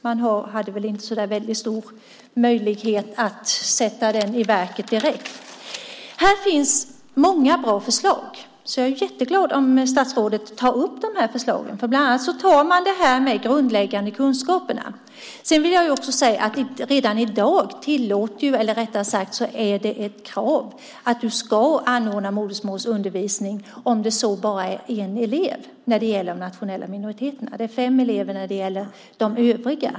Man hade väl inte så stor möjlighet att sätta den i verket. Här finns många bra förslag. Jag är glad om statsrådet tar upp de förslagen. Där finns bland annat detta om de grundläggande kunskaperna. Redan i dag är det ett krav att man ska anordna modersmålsundervisning om det så bara finns en elev när det gäller de nationella minoriteterna. Det ska vara fem elever när det gäller de övriga.